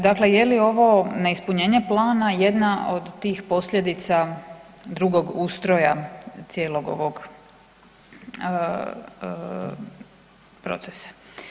Dakle, je li ovo neispunjenje plana jedna od tih posljedica drugog ustroja cijelog ovog procesa?